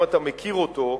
אם אתה מכיר אותו,